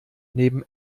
neben